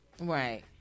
Right